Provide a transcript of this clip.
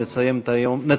מס' 2765,